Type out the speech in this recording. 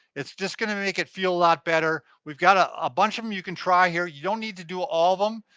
it's just gonna make it feel a lot better. we've got ah a bunch of um you can try here. you don't need to do all of um,